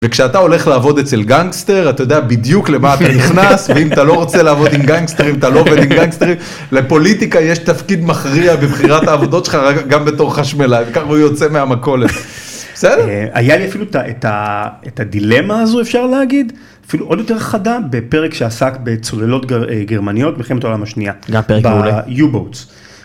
וכשאתה הולך לעבוד אצל גאנגסטר אתה יודע בדיוק למה אתה נכנס ואם אתה לא רוצה לעבוד עם גאנגסטרים אתה לא עובד עם גאנגסטרים. לפוליטיקה יש תפקיד מכריע בבחירת העבודות שלך גם בתור חשמלאי וככה הוא יוצא מהמכולת. בסדר. היה לי אפילו את הדילמה הזו אפשר להגיד, אפילו עוד יותר חדה בפרק שעסק בצוללות גרמניות במלחמת העולם השנייה, גם פרק מעולה בU-Boats.